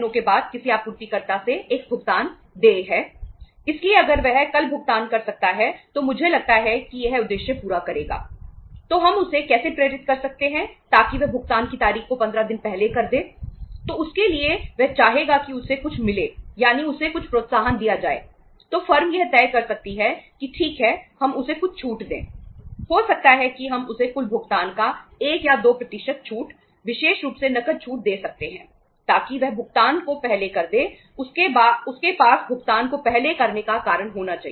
हो सकता है कि हम उसे कुल भुगतान का 1 या 2 छूट विशेष रूप से नकद छूट दे सकते हैं ताकि वह भुगतान को पहले कर दे उसके पास भुगतान को पहले करने का कारण होना चाहिए